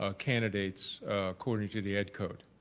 ah candidates according to the ed code.